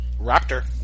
Raptor